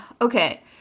Okay